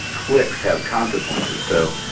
clicks have consequences. so,